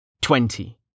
Twenty